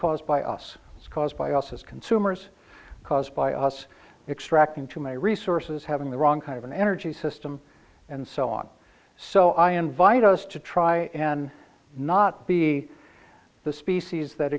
caused by us it's caused by us as consumers caused by us extracting too many resources having the wrong kind of an energy system and so on so i invite us to try and not be the species that